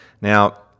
Now